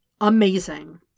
Amazing